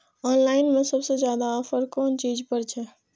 Online में सबसे ज्यादा ऑफर कोन चीज पर छे?